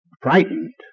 frightened